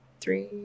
three